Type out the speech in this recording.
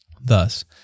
Thus